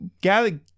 gather